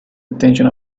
intention